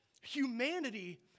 Humanity